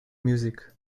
music